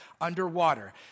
underwater